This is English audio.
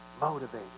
motivated